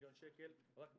מיליון שקל רק בבינוי.